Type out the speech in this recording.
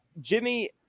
Jimmy